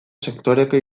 sektoreko